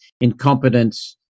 incompetence